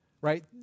right